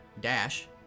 dash